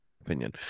opinion